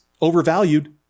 overvalued